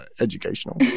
educational